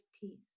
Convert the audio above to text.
peace